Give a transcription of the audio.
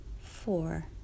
four